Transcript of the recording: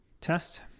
test